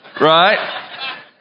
right